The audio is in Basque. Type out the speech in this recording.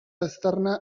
aztarna